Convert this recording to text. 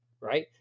right